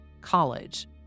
college